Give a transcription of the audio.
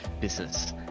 business